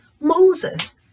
Moses